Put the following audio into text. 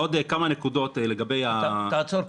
עוד כמה נקודות לגבי --- תעצור פה.